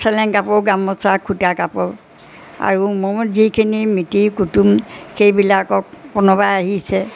চেলেং কাপোৰ গামোচা খুটা কাপোৰ আৰু মোৰ যিখিনি মিতিৰ কুটুম সেইবিলাকক কোনোবা আহিছে